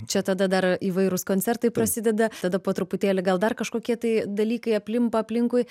čia tada dar įvairūs koncertai prasideda tada po truputėlį gal dar kažkokie tai dalykai aplimpa aplinkui